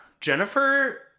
Jennifer